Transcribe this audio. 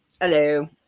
hello